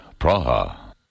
Praha